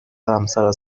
حرمسرا